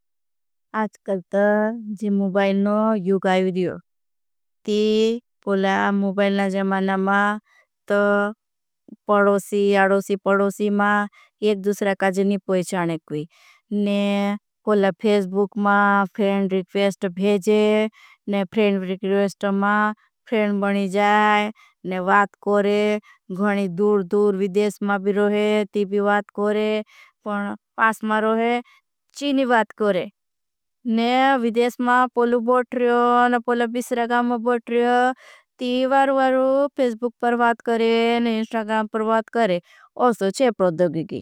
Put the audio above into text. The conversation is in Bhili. अच्कल ता जी मुबाईन नो यूगाई विडियो ती पोला मुबाईन ना जमाना। मा तो पड़ोसी आड़ोसी पड़ोसी मा एक दूसरा काजे नी पहिचाने कुई। ने पोला फेस्बुक मा फ्रेंड रिक्वेस्ट भेजे ने फ्रेंड रिक्वेस्ट मा फ्रेंड बनी। जाए ने वात कोरे घणी दूर दूर विदेश मा भी रोहे ती भी वात कोरे। पास मा रोहे ची नी वात कोरे ने विदेश मा पोलू। बोट रियो ने पोला बिसरा गाम मा बोट रियो ती वार वार फेस्बुक। पर वात करे ने इंस्ट्रागाम पर वात करे। ओसो चे प्रदोगी की।